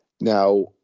Now